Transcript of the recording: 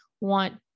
want